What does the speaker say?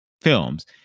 films